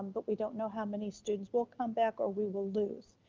um but we don't know how many students will come back or we will lose.